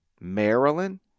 Maryland